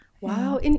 Wow